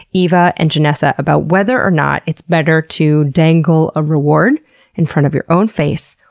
eva and janessa about whether or not it's better to dangle a reward in front of your own face,